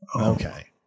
Okay